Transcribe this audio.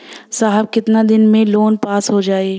साहब कितना दिन में लोन पास हो जाई?